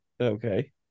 Okay